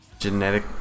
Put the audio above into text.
Genetic